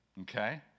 Okay